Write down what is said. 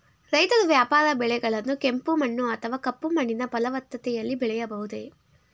ರೈತರು ವ್ಯಾಪಾರ ಬೆಳೆಗಳನ್ನು ಕೆಂಪು ಮಣ್ಣು ಅಥವಾ ಕಪ್ಪು ಮಣ್ಣಿನ ಫಲವತ್ತತೆಯಲ್ಲಿ ಬೆಳೆಯಬಹುದೇ?